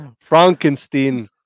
Frankenstein